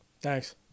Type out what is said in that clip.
Thanks